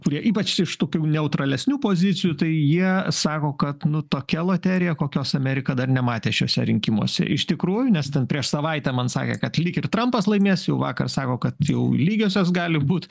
kurie ypač iš tokių neutralesnių pozicijų tai jie sako kad nu tokia loterija kokios amerika dar nematė šiuose rinkimuose iš tikrųjų nes ten prieš savaitę man sakė kad lyg ir trampas laimės jau vakar sako kad jau lygiosios gali būt